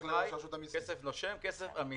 כסף נושם, כסף אמיתי.